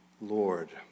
Lord